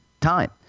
time